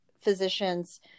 physicians